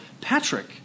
Patrick